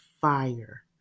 fire